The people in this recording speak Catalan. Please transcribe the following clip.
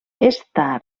està